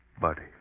Buddy